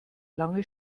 lange